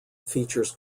features